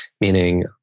meaning